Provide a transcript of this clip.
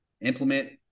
implement